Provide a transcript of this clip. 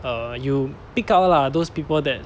err you pick out lah those people that